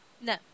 No